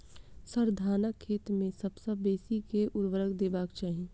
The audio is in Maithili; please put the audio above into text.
सर, धानक खेत मे सबसँ बेसी केँ ऊर्वरक देबाक चाहि